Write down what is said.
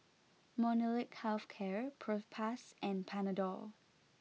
Molnylcke Health Care Propass and Panadol